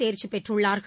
தேர்ச்சி பெற்றுள்ளார்கள்